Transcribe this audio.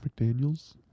McDaniels